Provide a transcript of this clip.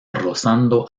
rozando